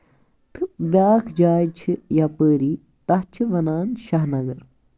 تہٕ بیاکھ جاے چھِ یَپٲری تَتھ چھِ وَنان شاہ نَگر